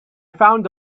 found